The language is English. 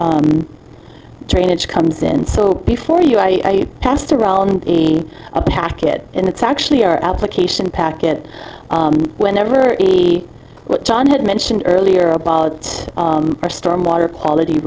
of drainage comes in so before you i passed around a packet and it's actually our application packet whenever john had mentioned earlier about our storm water quality